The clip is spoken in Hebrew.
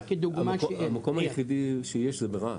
המקום היחידי שיש זה ברהט.